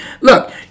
Look